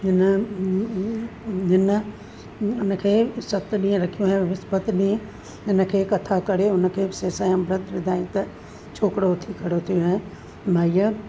हिन हुनखे सत ॾींहं रखियो ऐं विस्पति ॾींहु हिनखे कथा करे हुनखे सेसा ऐं अमृत विधायूं त छोकिरो उथी खड़ो थियो ऐं माईअ